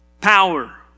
power